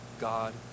God